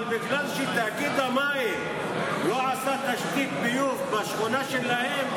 אבל בגלל שתאגיד המים לא עשה תשתית ביוב בשכונה שלהם,